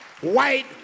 white